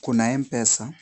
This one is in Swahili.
Kuna MPESA,